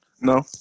no